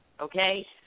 okay